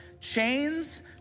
Chains